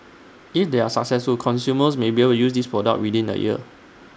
is they are successful consumers may be able use this product within A year